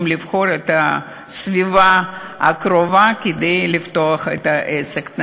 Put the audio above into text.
לבחור את הסביבה הקרובה כדי לפתוח את העסק.